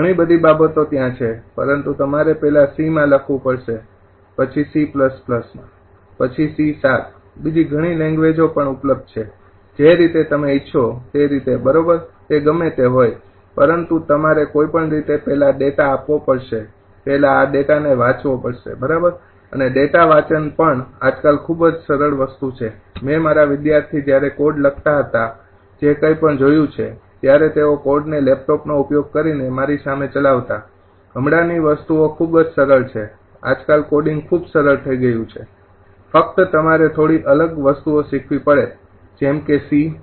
ઘણી બધી બાબતો ત્યાં છે પરંતુ તમારે પહેલા C માં લખવું પડશે પછી C પછી C શાર્પ બીજી ઘણી લેંગ્વેજો પણ ઉપલબ્ધ છે જે રીતે તમે ઇચ્છો તે રીતે બરોબર તે ગમે તે હોય પરંતુ તમારે કોઈ પણ રીતે પહેલા ડેટા આપવો પડશે પહેલાં આ ડેટાને વાંચવો પડશે બરાબર અને ડેટા વાંચન પણ આજકાલ ખૂબ જ સરળ વસ્તુ છે મેં મારા વિદ્યાર્થી જ્યારે કોડ લખતા હતા જે કંઈપણ જોયું છે ત્યારે તેઓ કોડને લેપટોપનો ઉપયોગ કરીને મારી સામે ચલાવતા હમણાંની વસ્તુઓ ખૂબ જ સરળ છે આજકાલ કોડિંગ ખૂબ સરળ થઈ ગયું છે ફક્ત તમારે થોડી અલગ વસ્તુઓ શિખવી પડે જેમ કે C C